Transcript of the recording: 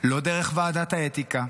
לא דרך ועדת האתיקה,